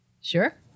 Sure